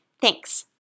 Thanks